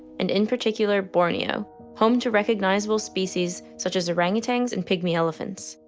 and in particular borneo home to recognizable species such as orangutangs and pygmy elephant.